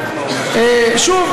שוב,